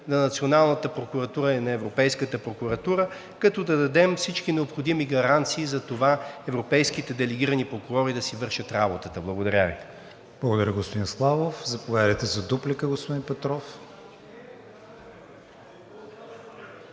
на националната прокуратура и на Европейската прокуратура, като да дадем всички необходими гаранции за това европейските делегирани прокурори да си вършат работата. Благодаря Ви. ПРЕДСЕДАТЕЛ КРИСТИАН ВИГЕНИН: Благодаря, господин Славов. Заповядайте за дуплика, господин Петров.